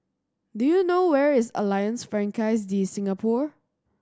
do you know where is Alliance Francaise De Singapour